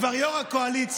כבר יו"ר הקואליציה,